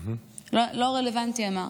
לא רלוונטי, הוא אמר.